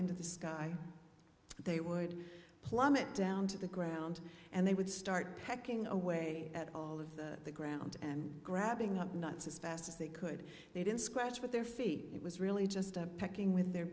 into the sky they would plummet down to the ground and they would start pecking away at all of the ground and grabbing up nuts as fast as they could they didn't scratch with their feet it was really just a pecking with their